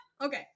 okay